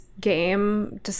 game